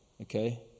okay